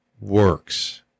works